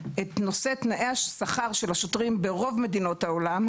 את נושא תנאי השכר של השוטרים ברוב מדינות העולם,